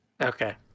Okay